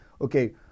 Okay